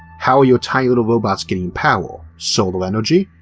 how are your tiny little robots getting power? solar energy?